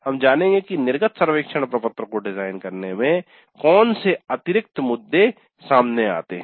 हम जानेगे की निर्गत सर्वेक्षण प्रपत्र को डिजाइन करने में कौन से अतिरिक्त मुद्दे सामने आते हैं